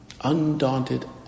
Undaunted